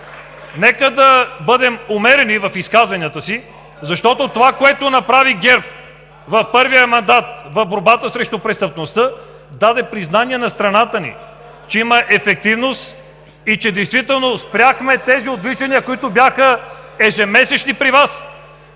Нека да бъдем умерени в изказванията си, защото това, което направи ГЕРБ в първия мандат в борбата срещу престъпността, даде признание на страната ни, че има ефективност и че действително спряхме тези отвличания, които бяха ежемесечни при Вас.